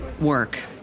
work